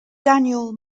daniel